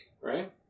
right